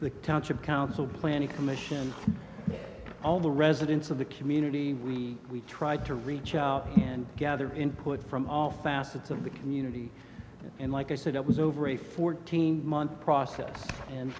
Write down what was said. the township council planning commission all the residents of the community we tried to reach out and gather input from all facets of the community and like i said it was over a fourteen month process and